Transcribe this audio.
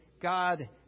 God